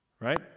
right